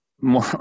more